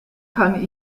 kann